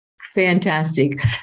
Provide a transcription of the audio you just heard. Fantastic